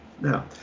Now